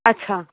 अच्छा